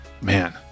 Man